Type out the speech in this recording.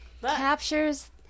captures